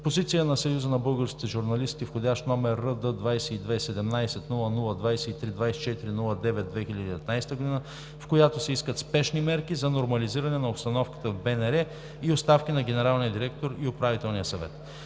32.2.Позиция на Съюза на българските журналисти вх. № РД-22 17-00-23/24.09.2019 г., в която се искат спешни мерки за нормализиране на обстановката в БНР и оставки на генералния директор и Управителния съвет.